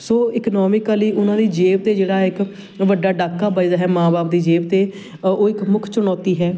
ਸੋ economically ਉਹਨਾਂ ਦੀ ਜੇਬ 'ਤੇ ਜਿਹੜਾ ਇੱਕ ਵੱਡਾ ਡਾਕਾ ਵੱਜਦਾ ਹੈ ਮਾਂ ਬਾਪ ਦੀ ਜੇਬ 'ਤੇ ਉਹ ਇੱਕ ਮੁੱਖ ਚੁਣੌਤੀ ਹੈ